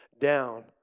down